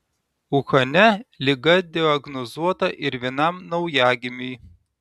uhane liga diagnozuota ir vienam naujagimiui